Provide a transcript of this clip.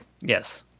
Yes